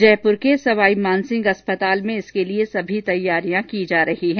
जयपुर के सवाईमानसिंह अस्पताल में इसके लिए सभी तैयारियां की जा रही है